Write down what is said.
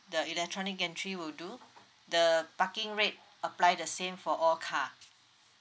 the electronic gantry will do the parking rate apply the same for all car